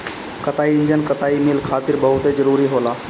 कताई इंजन कताई मिल खातिर बहुत जरूरी होला